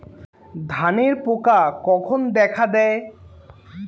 ধানের পোকা কখন দেখা দেয়?